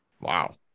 wow